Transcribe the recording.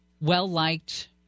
well-liked